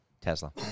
Tesla